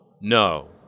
no